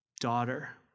Daughter